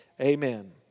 Amen